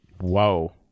Whoa